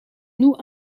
nous